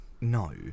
No